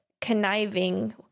Conniving